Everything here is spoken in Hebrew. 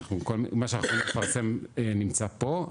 מה שאנחנו נפרסם נמצא פה,